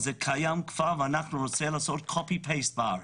הגל הזה קיים כבר ואנחנו נרצה לעשות העתק-הדבק בארץ.